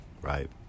right